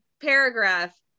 paragraph